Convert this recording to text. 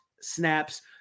snaps